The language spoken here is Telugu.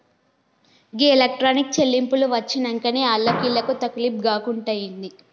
గీ ఎలక్ట్రానిక్ చెల్లింపులు వచ్చినంకనే ఆళ్లకు ఈళ్లకు తకిలీబ్ గాకుంటయింది